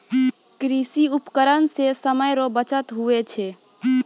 कृषि उपकरण से समय रो बचत हुवै छै